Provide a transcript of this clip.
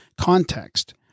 context